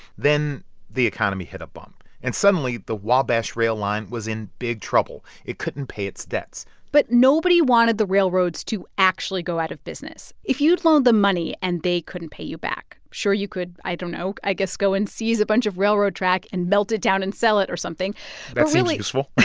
then the economy hit a bump. and suddenly, the wabash rail line was in big trouble. it couldn't pay its debts but nobody wanted the railroads to actually go out of business. if you'd loaned the money and they couldn't pay you back, sure, you could i don't know i guess go and seize a bunch of railroad track and melt it down and sell it or something. but really. that seems useful